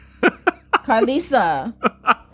Carlisa